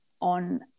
on